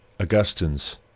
Augustine's